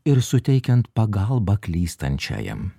ir suteikiant pagalbą klystančiajam